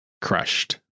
crushed